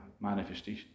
manifestation